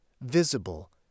visible